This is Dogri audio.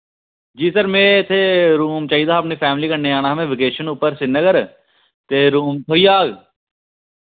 जी सर मैं इत्थे रूम चाहिदा हा अपनी फैमिली कन्नै औना हा में वेकेशन उप्पर श्रीनगर ते रूम थ्होई जाह्ग